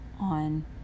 on